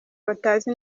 batanazi